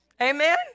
Amen